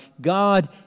God